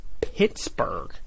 Pittsburgh